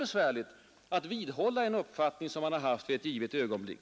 Sådant kan göra det svårt att vidhålla en uppfattning som ett oppositionsparti har haft i ett givet ögonblick.